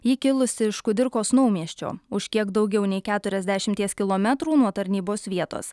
ji kilusi iš kudirkos naumiesčio už kiek daugiau nei keturiasdešimties kilometrų nuo tarnybos vietos